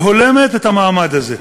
שהולמת את המעמד הזה.